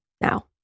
now